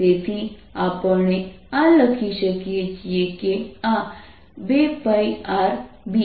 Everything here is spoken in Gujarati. તેથી આપણે આ લખી શકીએ કે આ 2πRB